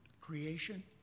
creation